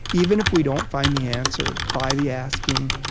even if we don't find the answer, by the asking,